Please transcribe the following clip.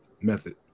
method